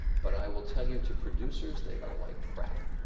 but i will tell you, to producers they are like crack.